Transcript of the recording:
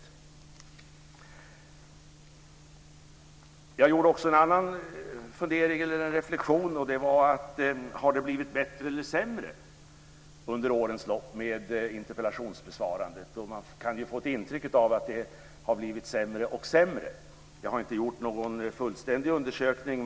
Jag gjorde också en annan reflexion, nämligen om det har blivit bättre eller sämre under årens lopp med interpellationsbesvarandet. Man kan ju få ett intryck av att det har blivit sämre och sämre. Jag har inte gjort någon fullständig undersökning.